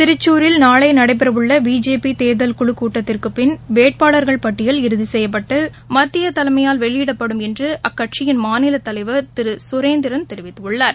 திசூரில் நாளை நடைபெறவுள்ள பிஜேபி தேர்தல் குழுக் கூட்டத்திற்குப் பின் வேட்பாளர்கள் பட்டியல் இறுதி செய்யப்பட்டு மத்திய தலைமையால் வெளியிடப்படும் என்று அக்கட்சியின்மாநில தலைவர் திரு கே சுரேந்திரன் தெரிவித்துள்ளார்